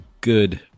good